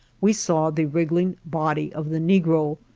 we saw the wriggling body of the negro.